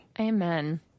Amen